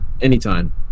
anytime